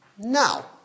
Now